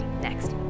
next